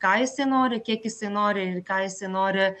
ką jisai nori kiek jisai nori ir ką jisai nori